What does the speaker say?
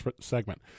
segment